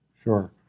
Sure